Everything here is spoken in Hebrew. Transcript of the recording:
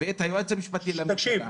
תקשיב.